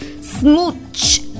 smooch